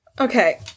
Okay